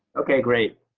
ok, great.